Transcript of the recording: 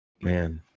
Man